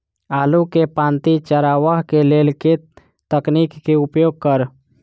आलु केँ पांति चरावह केँ लेल केँ तकनीक केँ उपयोग करऽ?